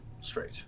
straight